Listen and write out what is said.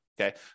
Okay